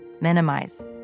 minimize